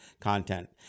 content